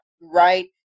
right